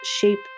shape